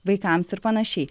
vaikams ir panašiai